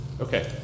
Okay